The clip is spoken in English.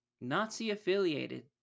Nazi-affiliated